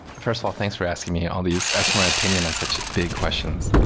first of all, thanks for asking me all these. as for my opinion on such big questions,